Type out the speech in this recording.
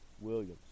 Williams